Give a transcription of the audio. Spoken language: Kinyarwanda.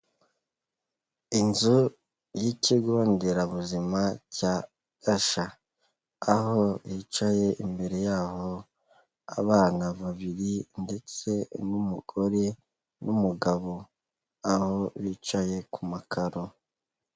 Inzu y' ikigo nderabuzima cya Gasha, aho hicaye imbere yaho abana babiri ndetse n'umugore n'umugabo, aho bicaye ku makaro.